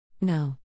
No